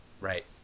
Right